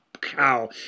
cow